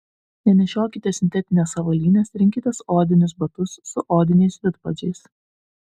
nenešiokite sintetinės avalynės rinkitės odinius batus su odiniais vidpadžiais